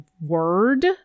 word